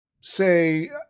say